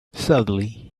sadly